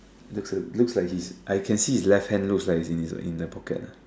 looks like looks like his I can see his left hand looks like in his in the pocket ah